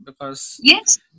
Yes